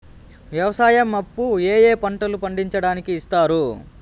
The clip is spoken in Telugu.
వ్యవసాయం అప్పు ఏ ఏ పంటలు పండించడానికి ఇస్తారు?